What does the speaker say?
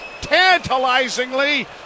tantalizingly